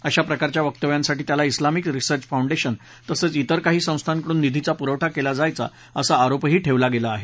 अशाप्रकारच्या वक्तव्यांसाठी त्याला इस्लामिक रिसर्च फाऊंडेशन तसंच इतर काही संस्थांकडून निधीचा पुरवठा केला जायचा असा आरोपही ठेवण्यात आला आहे